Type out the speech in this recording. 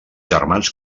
germans